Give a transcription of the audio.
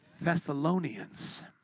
Thessalonians